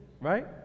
right